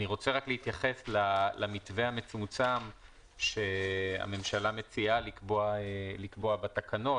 אני רוצה רק להתייחס למתווה המצומצם שהממשלה מציעה לקבוע בתקנות,